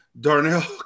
Darnell